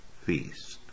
feast